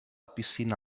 piscina